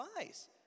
eyes